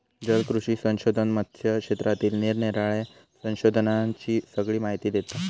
जलकृषी संशोधन मत्स्य क्षेत्रातील निरानिराळ्या संशोधनांची सगळी माहिती देता